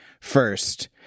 first